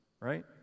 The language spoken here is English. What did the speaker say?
right